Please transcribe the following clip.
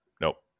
Nope